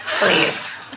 please